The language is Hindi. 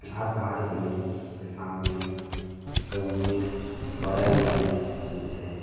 आज भारत में किसान ने गंभीर पर्यावरणीय मुद्दे